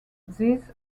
these